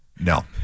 No